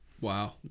Wow